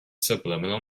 subliminal